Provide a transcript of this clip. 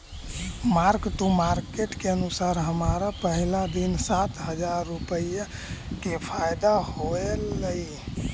mark to market के अनुसार हमरा पहिला दिन सात हजार रुपईया के फयदा होयलई